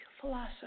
philosopher